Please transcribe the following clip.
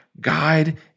guide